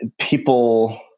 people